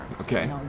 okay